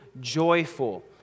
joyful